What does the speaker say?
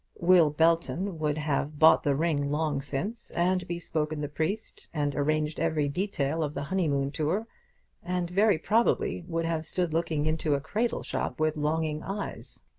will belton would have bought the ring long since, and bespoken the priest, and arranged every detail of the honeymoon tour and very probably would have stood looking into a cradle shop with longing eyes.